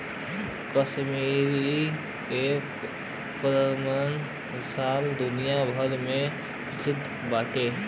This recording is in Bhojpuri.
कश्मीर के पश्मीना शाल दुनिया भर में प्रसिद्ध बाटे